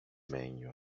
menu